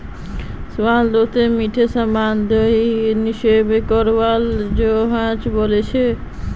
सबला दोस्त मिले सामान्य शेयरेर पर निवेश करवार योजना बना ले